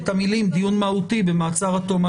אתם יודעים בדיוק כמוני שיש עוד הרבה